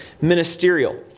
Ministerial